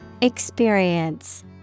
Experience